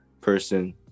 person